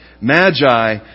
Magi